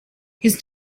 his